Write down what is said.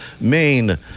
Maine